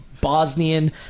Bosnian